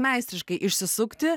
meistriškai išsisukti